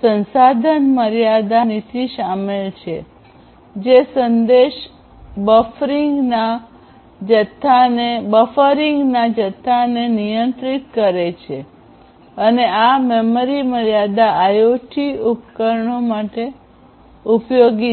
સંસાધન મર્યાદા નીતિ શામેલ છે જે સંદેશ બફરિંગના જથ્થાને નિયંત્રિત કરે છે અને આ મેમરી મર્યાદા આઇઓટી ઉપકરણો માટે ઉપયોગી છે